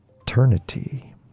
eternity